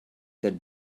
that